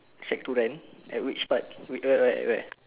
shack to rent at which part whe~ where where where